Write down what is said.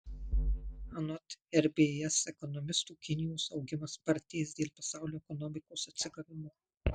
anot rbs ekonomistų kinijos augimas spartės dėl pasaulio ekonomikos atsigavimo